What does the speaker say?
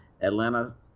Atlanta